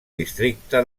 districte